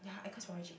yeah Ikon's from Y_G